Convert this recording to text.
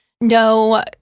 no